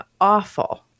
awful